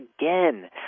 again